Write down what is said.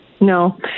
No